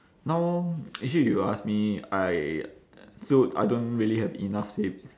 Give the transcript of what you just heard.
now actually if you ask me I still I don't really have enough savings